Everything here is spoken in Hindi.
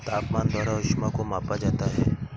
तापमान द्वारा ऊष्मा को मापा जाता है